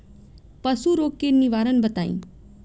पशु रोग के निवारण बताई?